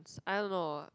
I don't know